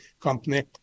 company